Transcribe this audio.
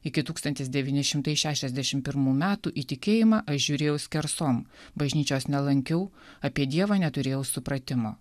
iki tūkstantis devyni šimtai šešiasdešim pirmų metų į tikėjimą aš žiūrėjau skersom bažnyčios nelankiau apie dievą neturėjau supratimo